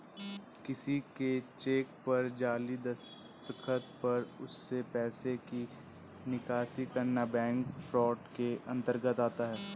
किसी के चेक पर जाली दस्तखत कर उससे पैसे की निकासी करना बैंक फ्रॉड के अंतर्गत आता है